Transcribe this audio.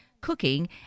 cooking